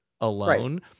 alone